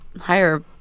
higher